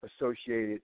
associated